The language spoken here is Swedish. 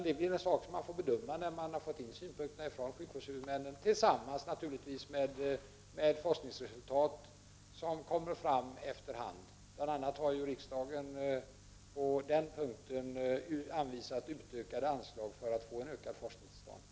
Det är en sak som man får bedöma när man fått in synpunkterna från sjukvårdshuvudmännen och då givetvis tillsammans med de forskningsresultat som kommer fram efter hand. Bl.a. har ju riksdagen på den punkten anvisat utökade anslag för att få en ökad forskning till stånd.